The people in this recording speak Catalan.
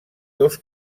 dos